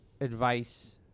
advice